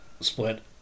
split